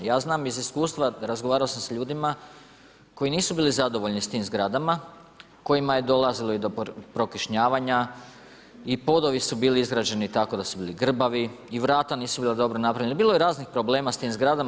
Ja znam iz iskustva, razgovarao sam s ljudima, koji nisu bili zadovoljno s tim zgradama, kojima je dolazilo i do prokišnjavanja i podovi su bili izraženi, tako da su bili grbavi i vrata nisu bila dobro napravljena, bilo je raznih problema s tim zgradama.